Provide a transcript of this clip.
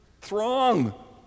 throng